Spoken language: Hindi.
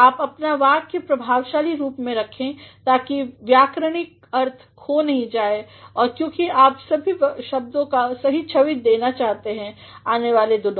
आप अपना वाक्य प्रभावशाली रूप में लिखें ताकि व्याकरणिक अर्थ खो नहीं जाए ल क्योंकि आप सभी एक अच्छी छविचाहते हैं आने वाले दिनों में